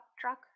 truck